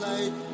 Light